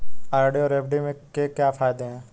RD और FD के क्या फायदे हैं?